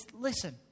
listen